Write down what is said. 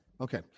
okay